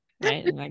right